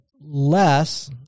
less